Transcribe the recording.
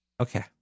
Okay